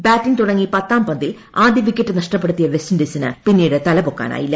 batting തുടങ്ങി പ്രത്താം പന്തിൽ ആദ്യ വിക്കറ്റ് നഷ്ടപ്പെടുത്തിയ വെസ്റ്റിൻഡീസിസ്റ്റ് പ്പുന്നീട് തലപൊക്കാനായില്ല